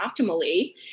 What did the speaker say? optimally